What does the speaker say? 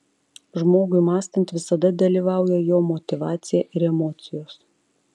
žmogui mąstant visada dalyvauja jo motyvacija ir emocijos